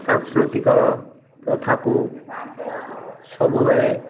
ସାଂସ୍କୃତିକ ପ୍ରଥାକୁ ସବୁବେଳେ